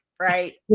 right